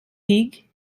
huyghe